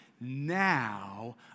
now